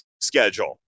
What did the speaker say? schedule